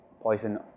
poison